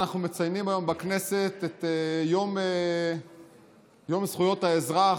אנחנו מציינים היום בכנסת את יום זכויות האזרח,